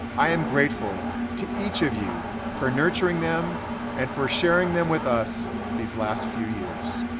i am grateful to each of you for nurturing them and for sharing them with us these last few years.